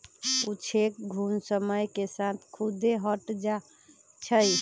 कुछेक घुण समय के साथ खुद्दे हट जाई छई